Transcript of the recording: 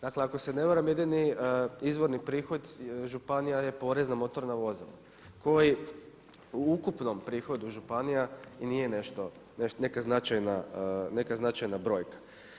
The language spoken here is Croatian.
Dakle ako se ne varam jedini izvorni prihod županija je porez na motorna vozila koji u ukupnom prihodu županija i nije neka značajna brojka.